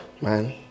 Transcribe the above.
man